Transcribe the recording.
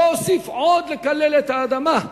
לא אוסיף לקלל עוד את האדמה,